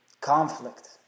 conflict